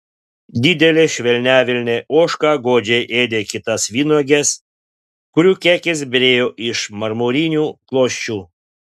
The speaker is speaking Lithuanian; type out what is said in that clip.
didelė švelniavilnė ožka godžiai ėdė kitas vynuoges kurių kekės byrėjo iš marmurinių klosčių